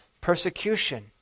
persecution